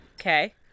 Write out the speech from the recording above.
Okay